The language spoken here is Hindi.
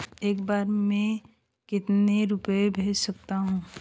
एक बार में मैं कितने रुपये भेज सकती हूँ?